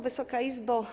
Wysoka Izbo!